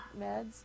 meds